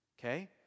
Okay